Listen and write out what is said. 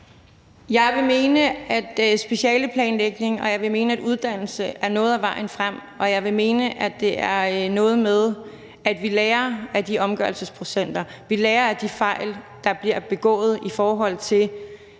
Jeg vil mene, at specialeplanlægning og uddannelse er noget af vejen frem, og jeg vil mene, at det er noget med, at vi lærer af omgørelsesprocenterne, og at vi lærer af de fejl, der bliver begået, når vi